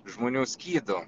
žmonių skydu